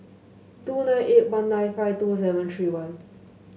two nine eight one nine five two seven three one